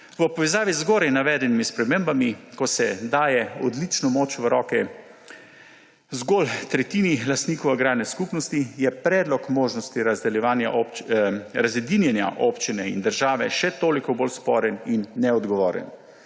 V povezavi z zgoraj navedenimi spremembami, ki se daje odlično moč v roke zgolj tretjini lastnikov agrarne skupnosti, je predlog možnosti razdedinjenja občine in države še toliko bolj sporen in neodgovoren.